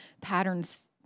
patterns